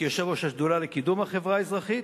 כיושב-ראש השדולה לקידום החברה האזרחית.